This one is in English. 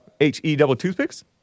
H-E-double-toothpicks